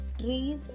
Trees